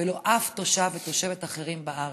ולא שום תושב ותושבת אחרים בארץ.